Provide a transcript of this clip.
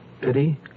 Pity